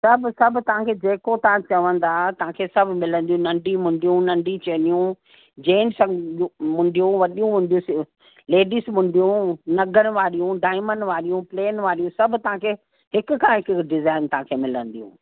सभु सभु तव्हांखे जेको तव्हां चवंदा तव्हांखे सभु मिलंदियूं नंढी मुंडियूं नंढी चैनियूं जेंट्स मुंडियूं वॾी मुंडियूं थियूं लेडीस मुंडियूं नगण वारियूं डायमंड वारियूं प्लेन वारियूं सभु तव्हांखे हिक खां हिक डिजाइन तव्हांखे मिलंदियूं